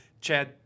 Chad